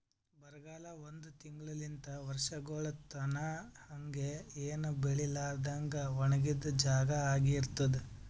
ಬರಗಾಲ ಒಂದ್ ತಿಂಗುಳಲಿಂತ್ ವರ್ಷಗೊಳ್ ತನಾ ಹಂಗೆ ಏನು ಬೆಳಿಲಾರದಂಗ್ ಒಣಗಿದ್ ಜಾಗಾ ಆಗಿ ಇರ್ತುದ್